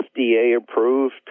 FDA-approved